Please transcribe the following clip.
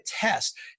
test